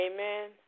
Amen